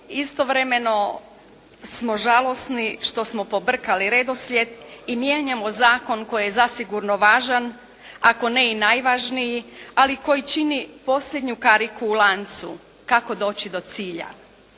istovremeno smo žalosni što smo pobrkali redoslijed i mijenjamo zakon koji je zasigurno važan, ako ne i najvažniji ali koji čini posljednju kariku u lancu kako doći do cilja.